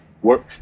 work